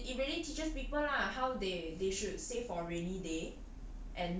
I think it's it it really teaches people lah how they they should save for a rainy day